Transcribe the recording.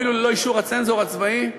אפילו ללא אישור הצנזור הצבאי?